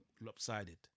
lopsided